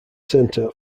center